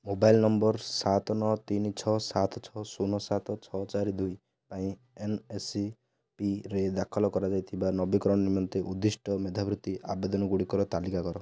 mobile number ସାତ ନଅ ତିନି ଛଅ ସାତ ଛଅ ଶୂନ ସାତ ଛଅ ଚାରି ଦୁଇ ପାଇଁ ଏନ୍ଏସ୍ପିରେ ଦାଖଲ କରାଯାଇଥିବା ନବୀକରଣ ନିମନ୍ତେ ଉଦ୍ଦିଷ୍ଟ ମେଧାବୃତ୍ତି ଆବେଦନ ଗୁଡ଼ିକର ତାଲିକା କର